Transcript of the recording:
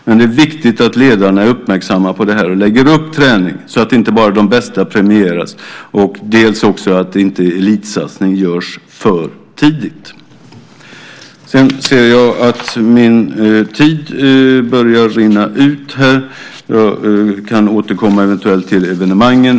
Men det är viktigt dels att ledarna är uppmärksamma på det här och lägger upp träningen så att inte bara de bästa premieras, dels att elitsatsning inte sker för tidigt. Jag ser att talartiden börjar rinna ut. Eventuellt återkommer jag till frågan om evenemangen.